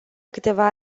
câteva